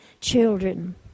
children